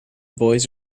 boys